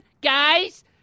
Guys